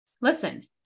listen